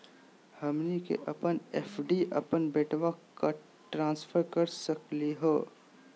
हमनी के अपन एफ.डी अपन बेटवा क ट्रांसफर कर सकली हो?